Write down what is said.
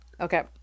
Okay